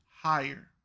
higher